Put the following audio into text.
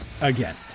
again